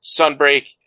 Sunbreak